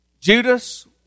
Judas